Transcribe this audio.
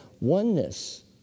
oneness